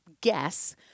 guess